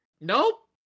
Nope